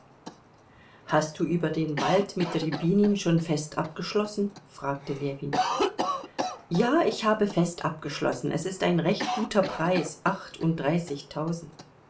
hast du über den wald mit rjabinin schon fest abgeschlossen fragte ljewin ja ich habe fest abgeschlossen es ist ein recht guter preis achtunddreißigtausend